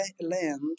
land